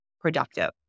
productive